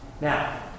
Now